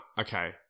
okay